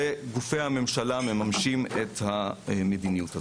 וגופי הממשלה מממשים את המדיניות הזאת.